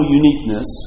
uniqueness